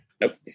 nope